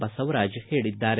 ಬಸವರಾಜ ಹೇಳಿದ್ದಾರೆ